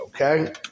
okay